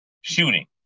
shooting